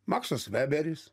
maksas veberis